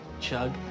Chug